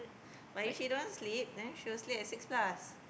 but if she don't want to sleep then she will sleep at six plus